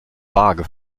vage